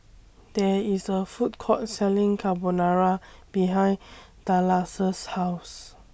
There IS A Food Court Selling Carbonara behind House